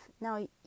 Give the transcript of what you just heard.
Now